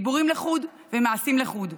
דיבורים לחוד ומעשים לחוד.